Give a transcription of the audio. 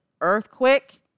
earthquake